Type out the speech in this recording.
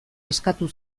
eskatu